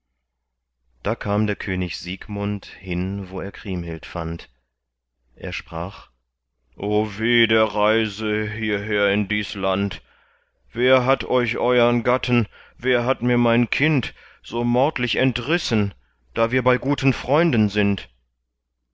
da kam der könig siegmund hin wo er kriemhild fand er sprach o weh der reise hierher in dies land wer hat euch euern gatten wer hat mir mein kind so mordlich entrissen da wir bei guten freunden sind